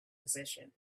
position